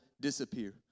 disappear